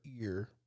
ear